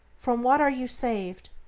from what are you saved,